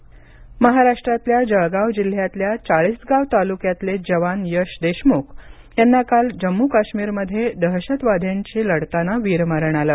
शहीद महाराष्ट्रातल्या जळगाव जिल्ह्यातल्या चाळीसगाव तालुक्यातले जवान यश देशमुख यांना काल जम्मू काश्मीरमध्ये दहशतवाद्यांशी लढताना वीरमरण आलं